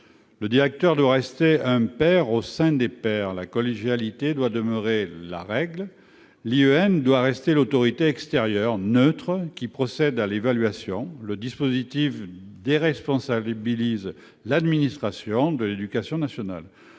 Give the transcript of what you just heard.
Le directeur doit rester un pair au sein des pairs. La collégialité doit demeurer la règle. L'IEN doit rester l'autorité extérieure, neutre, qui procède à l'évaluation. Le dispositif déresponsabilise l'administration de l'éducation nationale.